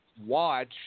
watch